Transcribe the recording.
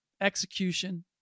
execution